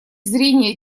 зрения